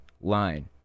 line